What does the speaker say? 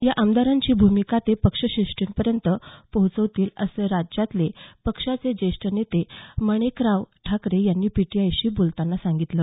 या आमदारांची भूमिका ते पक्षश्रेष्ठींपर्यंत पोहोचवतील असं राज्यातले पक्षाचे ज्येष्ठ नेते माणिकराव ठाकरे यांनी पीटीआयशी बोलताना सांगितलं